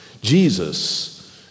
Jesus